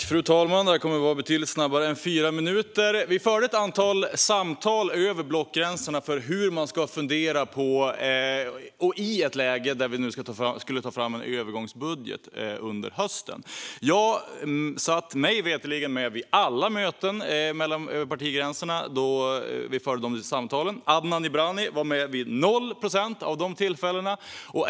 Fru talman! Vi förde ett antal samtal över blockgränserna om hur man ska fundera i ett läge där vi skulle ta fram en övergångsbudget under hösten. Jag satt, mig veterligen, med vid alla möten över partigränserna då vi förde de samtalen. Adnan Dibrani var med vid noll procent av de tillfällena.